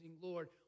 Lord